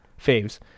faves